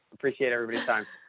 appreciate everybody's time